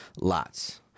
Lots